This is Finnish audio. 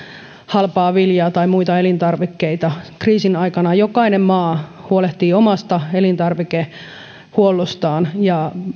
halpaa viljaa tai muita elintarvikkeita kriisin aikana jokainen maa huolehtii omasta elintarvikehuollostaan ja